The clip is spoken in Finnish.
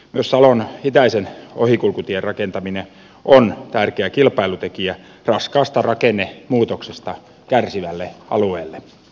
myös salon itäisen ohikulkutien rakentaminen on tärkeä kilpailutekijä raskaasta rakennemuutoksesta kärsivälle alueelle